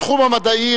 התחום המדעי,